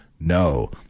No